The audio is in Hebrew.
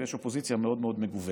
ויש אופוזיציה מאוד מאוד מגוונת,